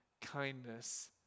kindness